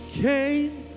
came